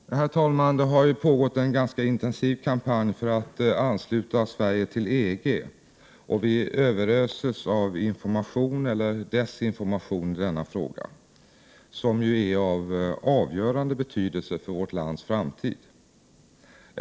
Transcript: Herr talman! Det pågår en intensiv kampanj för att ansluta Sverige till EG, och vi överöses av information eller desinformation i denna fråga, som ju är av avgörande betydelse för vårt lands framtid.